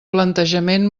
plantejament